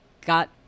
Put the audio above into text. got